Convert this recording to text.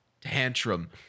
tantrum